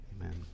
Amen